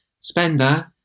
spender